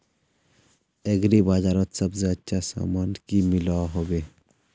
Agri बजारोत सबसे अच्छा सामान की मिलोहो होबे?